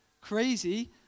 Crazy